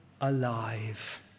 alive